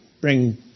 bring